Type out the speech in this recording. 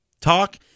talk